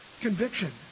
conviction